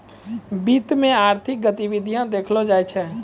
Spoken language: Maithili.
वित्त मे आर्थिक गतिविधि देखलो जाय छै